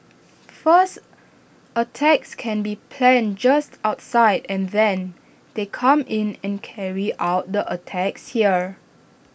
first attacks can be planned just outside and then they come in and carry out the attacks here